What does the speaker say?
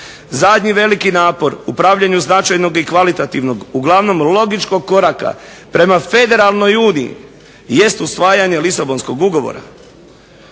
"Zadnji veliki napor upravljanju značajnog i kvalitetnog uglavnom logičnog koraka prema federalnoj uniji jest usvajanje LIsabonskog ugovora".